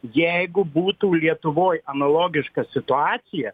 jeigu būtų lietuvoj analogiška situacija